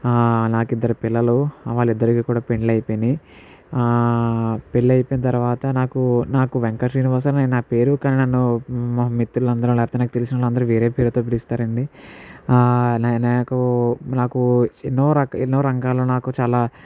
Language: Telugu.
నాకు ఇద్దరు పిల్లలు వాళ్ళిద్దరికీ కూడా పెళ్ళి అయిపోయినాయి ఆ పెళ్లయిపోయిన తర్వాత నాకు నాకు వెంకట శ్రీనివాస నా పేరు కాని నన్ను మా మిత్రులందరు లేకపోతె నాకి తెలిసిన వాళ్ళందరూ వేరే పేరుతో పిలుస్తారండీ ఆ నాకు నాకు ఎన్నో రకాల ఎన్నో రంగాలు నాకు చాలా